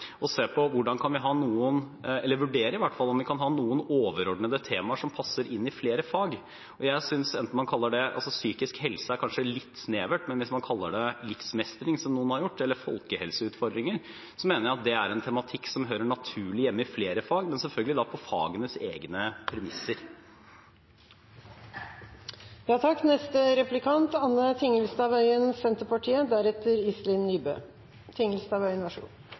å vurdere om vi kan ha noen overordnede temaer som passer inn i flere fag. Å kalle det psykisk helse er kanskje litt snevert, men hvis man kaller det livsmestring, som noen har gjort, eller folkehelseutfordringer, mener jeg at det er en tematikk som hører naturlig hjemme i flere fag, men selvfølgelig på fagenes egne premisser. Jeg vil presisere at Senterpartiet kommer til å støtte forslagene nr. 1 og 2. Forslag nr. 3 mener vi er ganske godt ivaretatt slik det er per i dag. Så